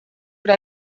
oder